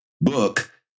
book